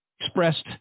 expressed